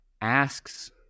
asks